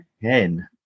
Ten